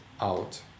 out